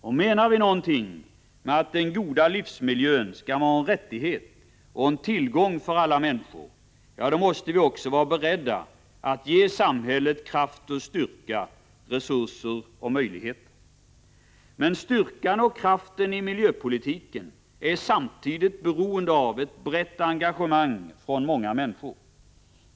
Och menar vi något med att den goda livsmiljön skall vara en rättighet och en tillgång för alla människor, då måste vi också vara beredda att ge samhället kraft och styrka, resurser och möjligheter. Men styrkan och kraften i miljöpolitiken är samtidigt beroende av ett brett engagemang från många människor.